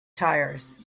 tyres